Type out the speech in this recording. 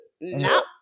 No